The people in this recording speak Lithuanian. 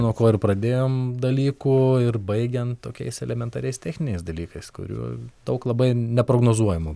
nuo ko ir pradėjom dalykų ir baigiant tokiais elementariais techniniais dalykais kurių daug labai neprognozuojamų